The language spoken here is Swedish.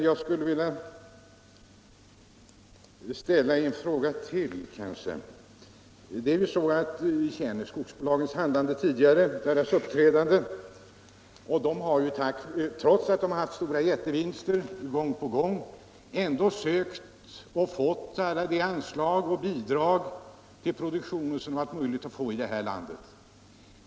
Jag vill ställa ytterligare en fråga. Vi känner skogsbolagens uppträdande tidigare. De har trots jättevinster gång på gång ändå sökt och fått alla de anslag och bidrag till produktion som varit möjligt att få i detta land.